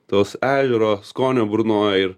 tos ežero skonio burnoj ir